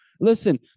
listen